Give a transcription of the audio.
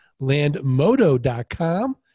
landmodo.com